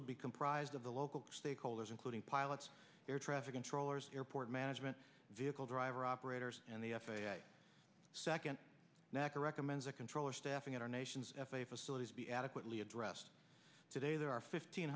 would be comprised of the local stakeholders including pilots air traffic controllers airport management vehicle driver operators and the f a a second macca recommends a controller staffing at our nation's f a a facilities be adequately addressed today there are fifteen